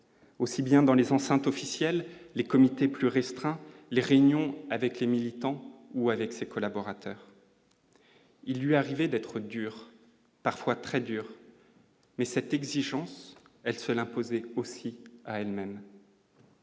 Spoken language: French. aussi bien dans les enceintes officielles, les comités plus restreints, les réunions avec les militants, ou avec ses collaborateurs, il lui arrivait d'être dur parfois très dur, mais cette exigence elle seule imposer aussi à elle-même.